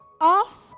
Ask